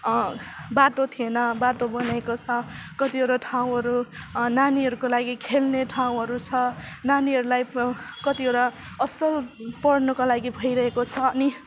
बाटो थिएन बाटो बनाएको छ कतिवटा ठाउँहरू नानीहरूको लागि खेल्ने ठाउँहरू छ नानीहरूलाई कतिवटा असल पढ्नुको लागि भइरहेको छ अनि